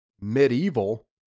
medieval